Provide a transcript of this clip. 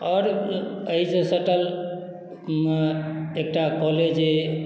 आओर एहिसँ सटल एकटा कॉलेज अइ